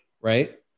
right